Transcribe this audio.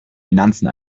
finanzen